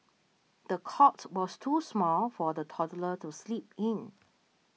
the cot was too small for the toddler to sleep in